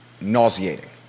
nauseating